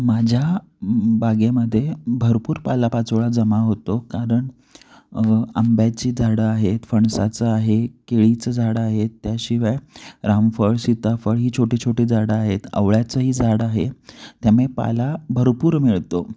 माझ्या बागेमध्ये भरपूर पालापाचोळा जमा होतो कारण आंब्याची झाडं आहेत फणसाचं आहे केळीचं झाडं आहेत त्याशिवाय रामफळ सीताफळ ही छोटीछोटी झाडं आहेत आवळ्याचंही झाड आहे त्यामुळे पाला भरपूर मिळतो